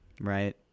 right